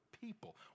people